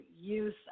use